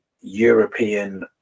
European